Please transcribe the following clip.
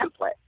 template